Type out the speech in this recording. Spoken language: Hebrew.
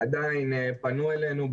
עדיין פנו אלינו,